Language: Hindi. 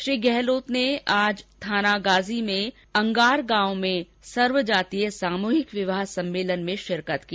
श्री गहलोत ने आज अलवर के थानागाजी के अंगारी गांव में सर्वजातीय सामूहिक विवाह सम्मेलन में भी शिरकत की